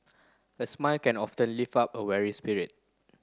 a smile can often lift up a weary spirit